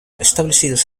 establecidos